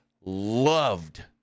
loved